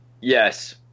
Yes